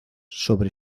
sobre